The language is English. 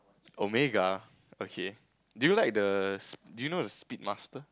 Omega okay do you like the s~ do you know the speed master